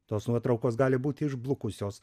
tos nuotraukos gali būti išblukusios